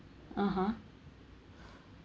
(uh huh)